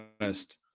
honest